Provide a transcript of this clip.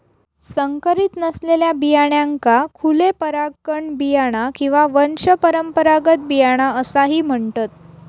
संकरीत नसलेल्या बियाण्यांका खुले परागकण बियाणा किंवा वंशपरंपरागत बियाणा असाही म्हणतत